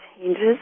changes